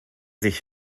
sich